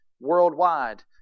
worldwide